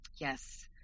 Yes